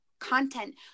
content